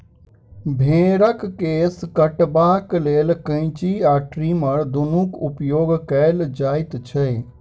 भेंड़क केश कटबाक लेल कैंची आ ट्रीमर दुनूक उपयोग कयल जाइत छै